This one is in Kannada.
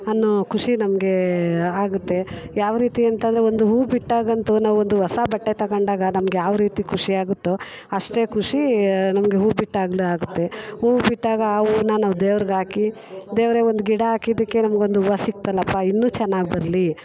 ಅನ್ನೋ ಖುಷಿ ನಮಗೆ ಆಗುತ್ತೆ ಯಾವ ರೀತಿ ಅಂತ ಅಂದರೆ ಒಂದು ಹೂ ಬಿಟ್ಟಾಗಂತೂ ನಾವು ಒಂದು ಹೊಸ ಬಟ್ಟೆ ತಗೊಂಡಾಗ ನಮ್ಗೆ ಯಾವ ರೀತಿ ಖುಷಿಯಾಗುತ್ತೋ ಅಷ್ಟೇ ಖುಷಿ ನಮಗೆ ಹೂ ಬಿಟ್ಟಾಗಲೂ ಆಗುತ್ತೆ ಹೂ ಬಿಟ್ಟಾಗ ಆ ಹೂವನ್ನ ನಾವು ದೇವ್ರ್ಗೆ ಹಾಕಿ ದೇವರೆ ಒಂದು ಗಿಡ ಹಾಕಿದ್ದಕ್ಕೆ ನಮ್ಗೆ ಒಂದು ಹೂವು ಸಿಗ್ತಲ್ಲಪ್ಪ ಇನ್ನೂ ಚೆನ್ನಾಗಿ ಬರಲಿ